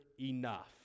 enough